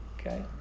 okay